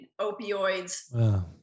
opioids